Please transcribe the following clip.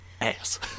ass